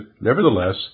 nevertheless